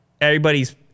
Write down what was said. everybody's